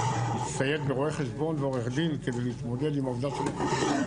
להצטייד ברואה חשבון ועורך דין כדי להתמודד עם העובדה שלא חיברו,